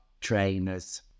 trainers